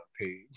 page